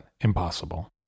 impossible